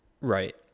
Right